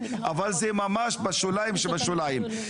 אבל זה ממש בשוליים שבשוליים.